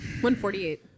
148